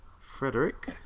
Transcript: Frederick